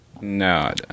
No